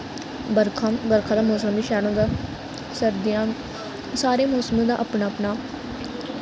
बरखा बरखा दा मौसम बी शैल होंदा सर्दियां सारे मौसमें दा अपना अपना